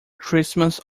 christmas